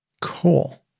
Cool